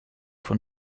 von